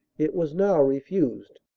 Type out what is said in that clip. it was now refused.